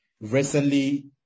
recently